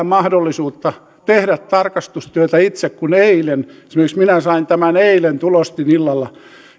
mahdollisuutta tehdä tarkastustyötä itse kun esimerkiksi minä sain tämän eilen tulostin illalla